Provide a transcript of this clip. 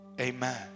amen